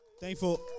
Thankful